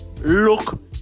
look